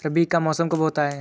रबी का मौसम कब होता हैं?